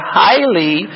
highly